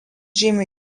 žymi